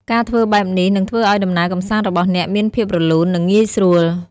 ការធ្វើបែបនេះនឹងធ្វើឱ្យដំណើរកម្សាន្តរបស់អ្នកមានភាពរលូន និងងាយស្រួល។